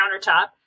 countertop